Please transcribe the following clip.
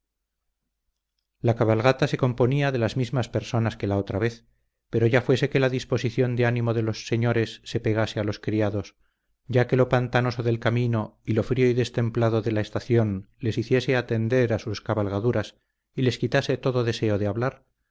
la cabalgata se componía de las mismas personas que la otra vez pero ya fuese que la disposición de ánimo de los señores se pegase a los criados ya que lo pantanoso del camino y lo frío y destemplado de la estación les hiciese atender a sus cabalgaduras y les quitase todo deseo de hablar